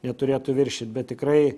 neturėtų viršyt bet tikrai